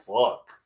fuck